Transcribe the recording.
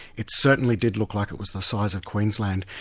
it certainly did look like it was the size of queensland,